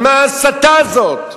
על מה ההסתה הזאת?